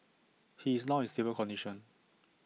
he is now in stable condition